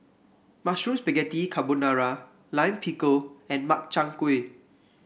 Mushroom Spaghetti Carbonara Lime Pickle and Makchang Gui